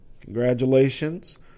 Congratulations